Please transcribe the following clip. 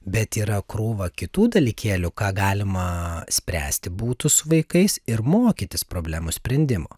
bet yra krūva kitų dalykėlių ką galima spręsti būtų su vaikais ir mokytis problemų sprendimo